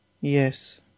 yes